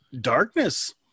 darkness